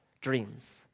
Dreams